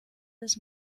bis